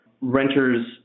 Renters